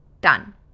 done